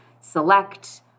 select